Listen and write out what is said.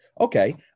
okay